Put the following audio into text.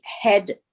head